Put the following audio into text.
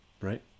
right